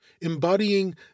embodying